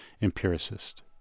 Empiricist